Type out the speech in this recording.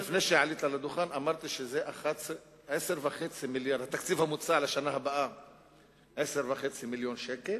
לפני שעלית לדוכן אמרתי שהתקציב המוצע לשנה הבאה הוא 10.5 מיליון שקל.